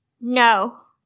No